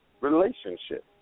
relationship